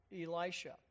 Elisha